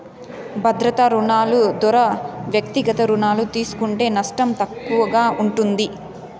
భద్రతా రుణాలు దోరా వ్యక్తిగత రుణాలు తీస్కుంటే నష్టం తక్కువగా ఉంటుంది